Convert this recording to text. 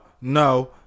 no